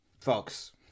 folks